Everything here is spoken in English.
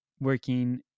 working